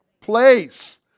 Place